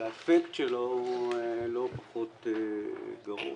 שהאפקט שלו הוא לא פחות גרוע.